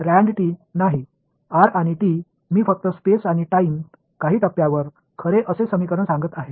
रँड t नाही r आणि t मी फक्त स्पेस आणि टाइम काही टप्प्यावर खरे असे समीकरण सांगत आहे